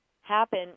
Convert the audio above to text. happen